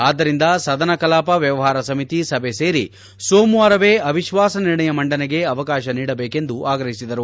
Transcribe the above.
ಆದ್ದರಿಂದ ಸದನ ಕಲಾಪ ವ್ಯವಹಾರ ಸಮಿತಿ ಸಭೆ ಸೇರಿ ಸೋಮವಾರವೇ ಅವಿಶ್ವಾಸ ನಿರ್ಣಯ ಮಂಡನೆಗೆ ಅವಕಾಶ ನೀಡಬೇಕೆಂದು ಆಗ್ರಹಿಸಿದರು